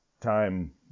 time